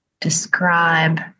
describe